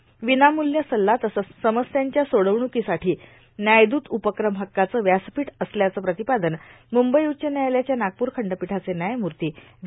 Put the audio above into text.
र्विनामून्य सल्ला तसंच समस्यांची सोडवणूकोसाठो न्यायदूत उपक्रम हक्काचं व्यार्सापठ असल्याचं प्रातपादन मुंबई उच्च न्यायालयाच्या नागपूर खंडपीठाचे न्यायमूर्ता व्हो